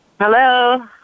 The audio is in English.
Hello